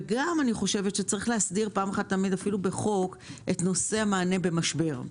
וגם יש להסדיר פעם אחת ולתמיד אף בחוק את נושא המענה במשבר.